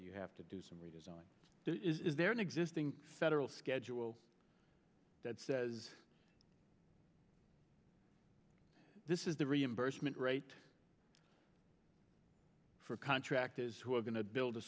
you have to do some redesign is there an existing federal schedule that says this is the reimbursement rate for contractors who are going to build a